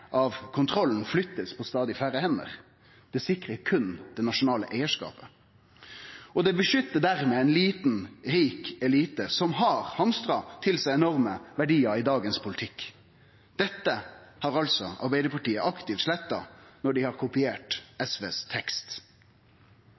av kontrollen blir flytta til stadig færre hender. Det sikrar berre det nasjonale eigarskapet. Det beskyttar dermed ein liten, rik elite, som har hamstra til seg enorme verdiar i dagens politikk. Dette har Arbeidarpartiet aktivt sletta når dei har kopiert